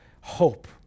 hope